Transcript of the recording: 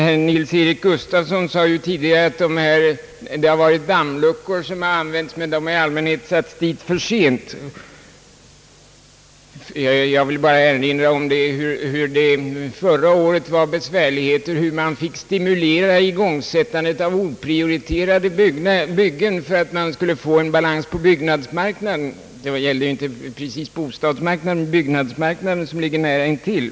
Herr Nils-Eric Gustafsson talade tidigare om att det använts dammluckor men att de i allmänhet satts dit för sent. Jag vill bara erinra om hur man förra året måste stimulera igångsättandet av oprioriterade byggen för att få en balans på byggnadsmarknaden. Det gäller inte precis bostadsmarknaden utan byggnadsmarknaden, som ligger nära intill.